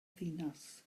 ddinas